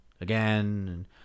again